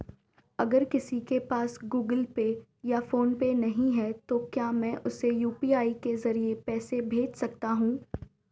अगर किसी के पास गूगल पे या फोनपे नहीं है तो क्या मैं उसे यू.पी.आई के ज़रिए पैसे भेज सकता हूं?